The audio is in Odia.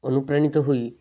ଅନୁପ୍ରାଣିତ ହୋଇ